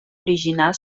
original